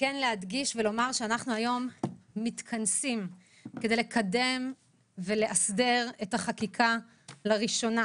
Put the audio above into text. ולומר שאנחנו מתכנסים היום כדי לקדם ולאסדר את החקיקה לראשונה,